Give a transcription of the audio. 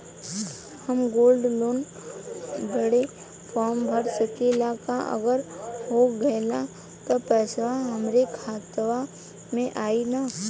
हम gold loan बड़े form भर सकी ला का अगर हो गैल त पेसवा हमरे खतवा में आई ना?